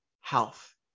health